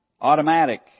automatic